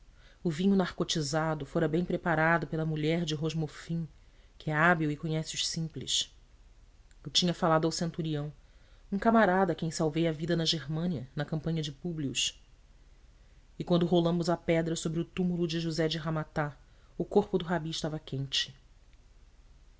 o vinho narcotizado fora bem preparado pela mulher de rosmofim que é hábil e conhece os simples eu tinha falado ao centurião um camarada a quem salvei a vida na germânia na campanha de públio e quando rolamos a pedra sobre o túmulo de josé de ramata o corpo do rabi estava quente